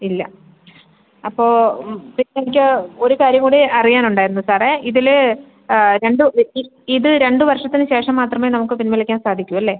ഇല്ല അപ്പോൾ എനിക്ക് ഒരു കാര്യം കൂടി അറിയാൻ ഉണ്ടായിരുന്നു സാറേ ഇതിൽ രണ്ട് ഇത് രണ്ട് വർഷത്തിന് ശേഷം മാത്രമേ നമ്മൾക്ക് പിൻവലിക്കാൻ സാധിക്കൂ അല്ലേ